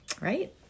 right